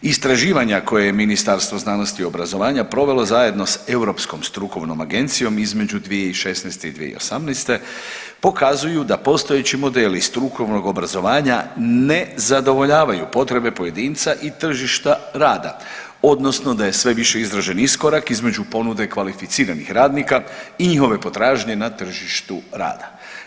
Istraživanja koje je Ministarstvo znanosti i obrazovanja provelo zajedno s Europskom strukovnom agencijom između 2016.-2018. pokazuju da postojeći modeli strukovnog obrazovanja ne zadovoljavaju potrebe pojedinca i tržišta rada odnosno da je sve više izražen iskorak između ponude kvalificiranih radnika i njihove potražnje na tržištu rada.